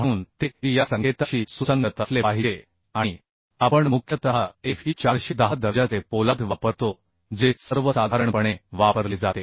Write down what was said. म्हणून ते या संकेताशी सुसंगत असले पाहिजे आणि आपण मुख्यतः Fe 410 दर्जाचे पोलाद वापरतो जे सर्वसाधारणपणे वापरले जाते